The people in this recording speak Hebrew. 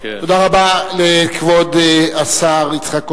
תודה רבה לכבוד השר יצחק כהן,